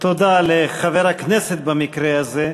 תודה לחבר הכנסת, במקרה הזה,